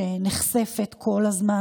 שנחשפת כל הזמן,